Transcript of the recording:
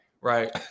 Right